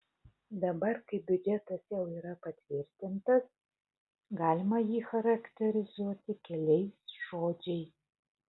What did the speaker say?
dabar kai biudžetas jau yra patvirtintas galima jį charakterizuoti keliais žodžiais